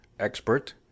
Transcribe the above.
expert